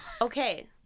Okay